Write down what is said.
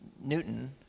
Newton